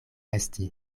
esti